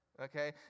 Okay